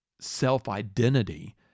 self-identity